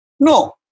No